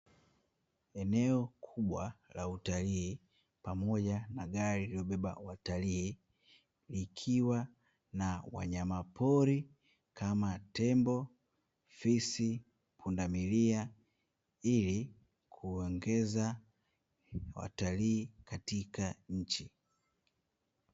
Eneo kubwa la utalii pamoja na gari iliyobeba watalii, ikiwa na wanyama pori kama tembo, fisi, pundamilia ili kuongeza watalii katika nchi.